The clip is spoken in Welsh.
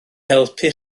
helpu